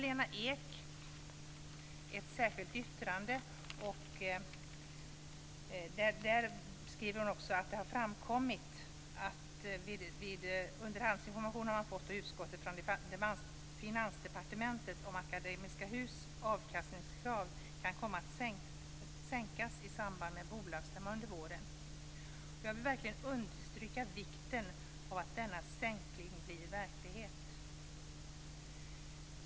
Lena Ek har ett särskilt yttrande till betänkandet, och hon skriver där: "Under utskottets beredning av ärendet har underhandsinformation inkommit från Finansdepartementet om att Akademiska Hus avkastningskrav kan komma att sänkas i samband med bolagsstämman under våren." Jag vill understryka vikten av att denna sänkning blir verklighet.